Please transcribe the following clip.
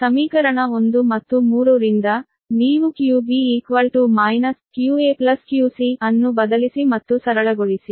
ಆದ್ದರಿಂದ ಸಮೀಕರಣ 1 ಮತ್ತು 3 ರಿಂದ ನೀವು qb qaqc ಅನ್ನು ಬದಲಿಸಿ ಮತ್ತು ಸರಳಗೊಳಿಸಿ